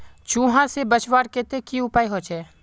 चूहा से बचवार केते की उपाय होचे?